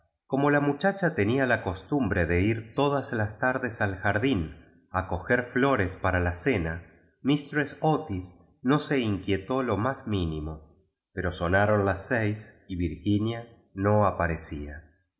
como la muchacha tenía la columbre de ir tocias las tardos al jardín a coger florea para la cena mistress gtk no se inquietó lo más mínimo pero sonaron las seis y virginia no aparecía